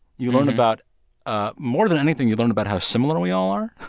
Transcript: you learn about ah more than anything, you learn about how similar we all are.